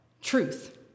truth